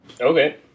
Okay